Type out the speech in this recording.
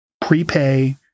prepay